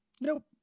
Nope